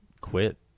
quit